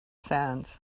sands